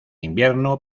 invierno